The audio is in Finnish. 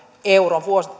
euron